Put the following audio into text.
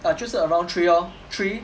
ya 就是 around three lor three